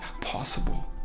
possible